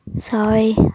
Sorry